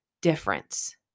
difference